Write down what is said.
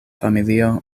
familio